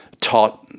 taught